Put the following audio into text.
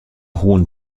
hohen